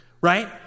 right